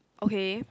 okay